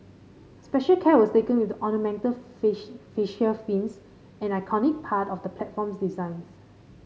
special care was taken with the ornamental fascia fins an iconic part of the platform's designs